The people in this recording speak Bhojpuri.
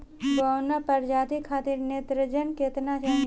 बौना प्रजाति खातिर नेत्रजन केतना चाही?